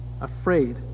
afraid